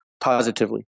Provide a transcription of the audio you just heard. positively